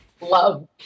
love